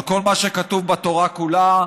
על כל מה שכתוב בתורה כולה,